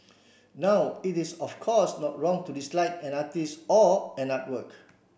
now it is of course not wrong to dislike an artist or an artwork